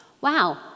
Wow